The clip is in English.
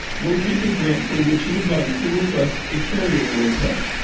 locate the grant for which you would like to request a carryover request,